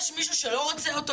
יש פה מישהו שלא רוצה אותו?